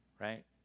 Right